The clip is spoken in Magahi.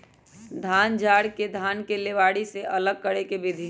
धान झाड़ के धान के लेबारी से अलग करे के विधि